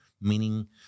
meaning